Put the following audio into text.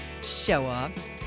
Show-offs